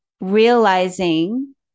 realizing